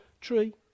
tree